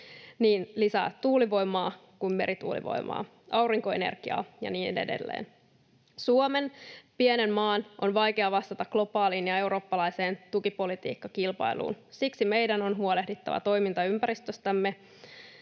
niin tuulivoimaa kuin merituulivoimaa, aurinkoenergiaa ja niin edelleen. Suomen, pienen maan, on vaikea vastata globaaliin ja eurooppalaiseen tukipolitiikkakilpailuun. Siksi meidän on huolehdittava toimintaympäristöstämme.